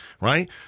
right